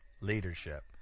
leadership